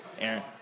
Aaron